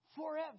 forever